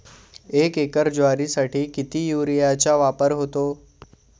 एक एकर ज्वारीसाठी किती युरियाचा वापर होतो?